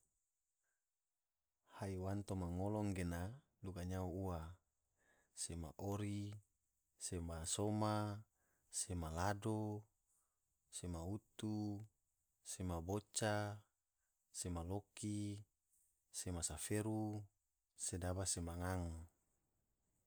Haiwan toma ngolo gena duga nyao ua, sema ori, sema soma, sema lado, sema utu, sema boca, sema loki, sema saferu, sedaba sema ngang yali.